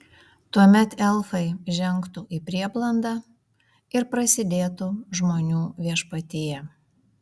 tuomet elfai žengtų į prieblandą ir prasidėtų žmonių viešpatija